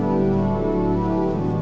or